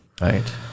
Right